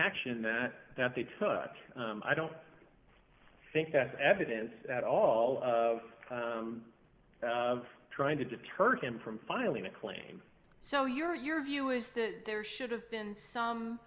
action that that they took i don't think that's evidence at all of trying to deter him from filing a claim so your your view is that there should have been some